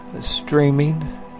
Streaming